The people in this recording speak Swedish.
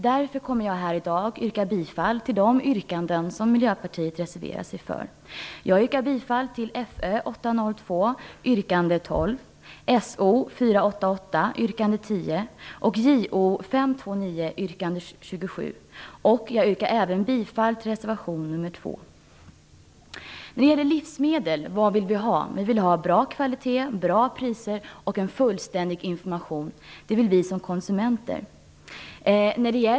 Därför kommer jag här i dag att yrka bifall till de yrkanden som Miljöpartiet reserverat sig för. Jag yrkar bifall till Fö802 yrkande Vad vill vi ha när det gäller livsmedel? Vi vill ha bra kvalitet, bra priser och en fullständig information. Det vill vi ha som konsumenter.